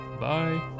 Bye